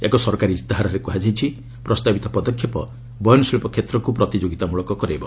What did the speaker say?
ଏକ ସରକାରୀ ଇସ୍ତାହାରରେ କୁହାଯାଇଛି ପ୍ରସ୍ତାବିତ ପଦକ୍ଷେପ ବୟନଶିଳ୍ପ କ୍ଷେତ୍ରକୁ ପ୍ରତିଯୋଗିତାମୂଳକ କରାଇବ